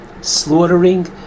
slaughtering